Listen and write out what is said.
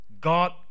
God